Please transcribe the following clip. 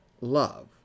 Love